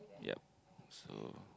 yup so